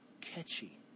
catchy